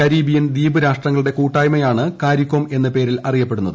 Caribbean ദ്വീപ് രാഷ്ട്രങ്ങളുടെ കൂട്ടായ്മയാണ് കാരികോം എന്ന പേരിൽ അറിയപ്പെടുന്നത്